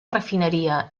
refineria